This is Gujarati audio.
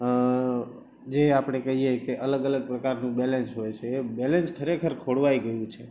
અં જે આપડે કહીએ કે અલગ અલગ પ્રકારનું બૅલેન્સ હોય છે એ બૅલેન્સ ખરેખર ખોરવાઇ ગયું છે